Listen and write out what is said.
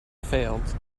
failed